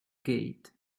gate